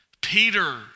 Peter